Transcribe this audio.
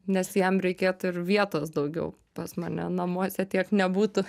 nes jam reikėtų ir vietos daugiau pas mane namuose tiek nebūtų